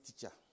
teacher